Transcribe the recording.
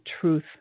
truth